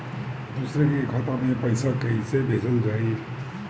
दूसरे के खाता में पइसा केइसे भेजल जाइ?